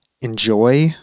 enjoy